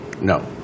no